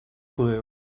glue